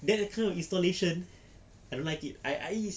than the cool installations I don't like it I I